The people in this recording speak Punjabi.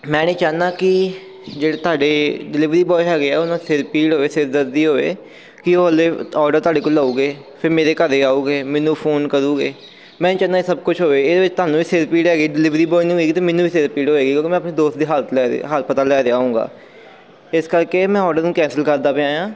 ਮੈਂ ਨਹੀਂ ਚਾਹੁੰਦਾ ਕਿ ਜਿਹੜੇ ਤੁਹਾਡੇ ਡਿਲੀਵਰੀ ਬੋਆਏ ਹੈਗੇ ਆ ਉਹਨਾਂ ਸਿਰ ਪੀੜ ਹੋਵੇ ਸਿਰਦਰਦੀ ਹੋਵੇ ਕਿ ਉਹ ਔਡਰ ਕੋਲ ਲਉਗੇ ਫਿਰ ਮੇਰੇ ਘਰ ਆਉਣਗੇ ਮੈਨੂੰ ਫੋਨ ਕਰੂਗੇ ਮੈਂ ਨਹੀਂ ਚਾਹੁੰਦਾ ਇਹ ਸਭ ਕੁਛ ਹੋਵੇ ਇਹਦੇ ਵਿੱਚ ਤੁਹਾਨੂੰ ਵੀ ਸਿਰ ਪੀੜ ਹੈਗੀ ਡਿਲੀਵਰੀ ਬੋਆਏ ਨੂੰ ਹੈਗੀ ਅਤੇ ਮੈਨੂੰ ਵੀ ਸਿਰ ਪੀੜ ਹੋਏਗੀ ਕਿਉਂਕਿ ਮੈਂ ਆਪਣੇ ਦੋਸਤ ਦੀ ਹਾਲਤ ਲੈ ਰਿਹਾ ਹਾਲ ਪਤਾ ਲੈ ਰਿਹਾ ਹੋਉਂਗਾ ਇਸ ਕਰਕੇ ਮੈਂ ਔਡਰ ਨੂੰ ਕੈਂਸਲ ਕਰਦਾ ਪਿਆ ਹਾਂ